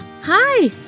Hi